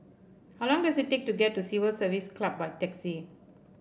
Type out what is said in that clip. how long does it take to get to Civil Service Club by taxi